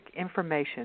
information